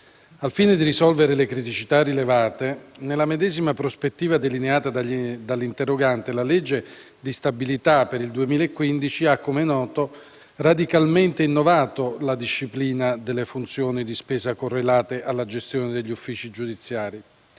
Al fine di risolvere le criticità rilevate, nella medesima prospettiva delineata dall'interrogante, la legge di stabilità per il 2015 ha, come noto, radicalmente innovato la disciplina delle funzioni di spesa correlate alla gestione degli uffici giudiziari,